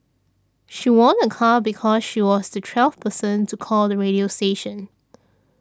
she won a car because she was the twelfth person to call the radio station